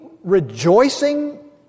rejoicing